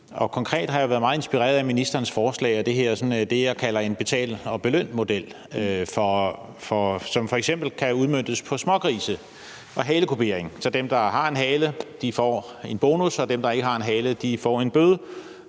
Konkret har jeg været meget inspireret af ministerens forslag og det her, som jeg kalder en betal eller beløn-model, som f.eks. kan udmøntes på smågrise og halekupering, så dem, der har grise med en hale, får en bonus, og dem, der ikke har grise med en hale, får en bøde.